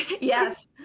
Yes